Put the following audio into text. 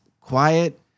quiet